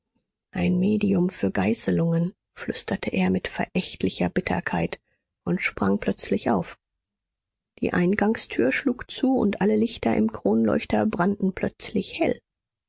ein medium für geißelungen flüsterte er mit verächtlicher bitterkeit und sprang plötzlich auf die eingangstür schlug zu und alle lichter im kronleuchter brannten plötzlich hell